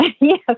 Yes